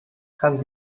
kann